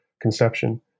conception